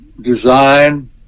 design